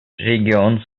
регион